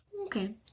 Okay